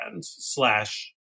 slash